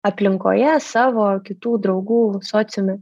aplinkoje savo kitų draugų sociume